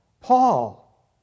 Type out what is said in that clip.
Paul